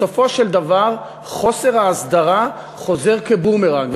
בסופו של דבר, חוסר ההסדרה חוזר כבומרנג.